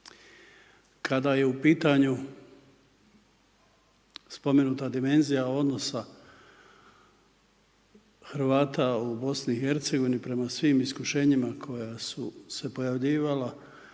Kada je u pitanju spomenuta dimenzija odnosa Hrvata u BIH prema svim iskušenjima koja su se pojavljivala